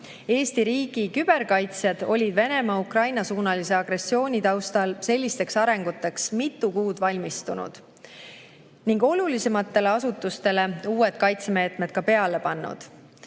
Eesti riigi küberkaitsjad olid Venemaa Ukraina-suunalise agressiooni taustal sellisteks arenguteks mitu kuud valmistunud ning olulisematele asutustele uued kaitsemeetmed peale pannud.